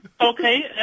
Okay